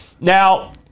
Now